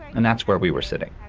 and that's where we were sitting.